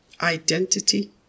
identity